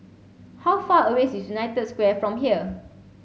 how far away is United Square from here